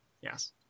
yes